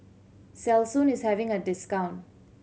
Selsun is having a discount